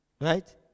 right